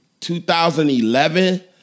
2011